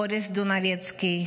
בוריס דונבצקי,